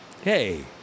Hey